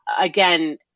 again